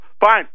fine